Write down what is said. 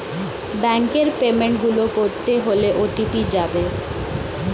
ব্যাংকের পেমেন্ট গুলো করতে হলে ও.টি.পি যাবে